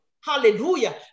Hallelujah